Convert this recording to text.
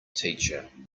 teacher